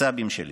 הסבים שלי.